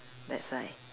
that's right